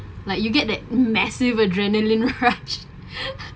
like you get that massive adrenaline rush